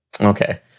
Okay